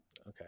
okay